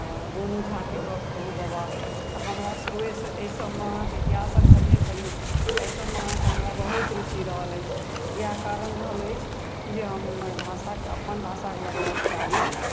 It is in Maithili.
गोनू झाके गप कहु बाबा तऽ हमरा शुरुएसँ ई सबमे अहाँकेँ इतिहासक सङ्गे सङ्गे एहि सबमे अहाँकेँ हमरा बहुत रूचि रहल अछि इएह कारण रहल अछि जे हमर भाषाके अपन भाषाकेँ लगावके कारण